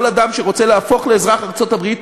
כל אדם שרוצה להפוך לאזרח ארצות-הברית,